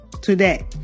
today